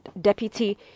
Deputy